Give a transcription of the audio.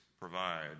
provide